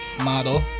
Model